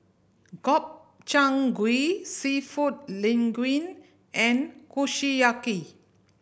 Gobchang Gui Seafood Linguine and Kushiyaki